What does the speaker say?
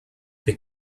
they